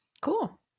Cool